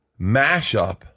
mashup